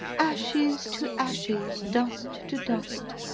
ashes to ashes, dust to dust!